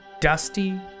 dusty